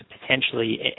potentially